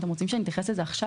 אתם רוצים שאני אתייחס לזה עכשיו,